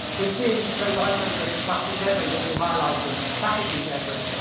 we see those items of plastic debris that we highlighted, packaging debris,